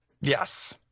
Yes